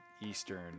eastern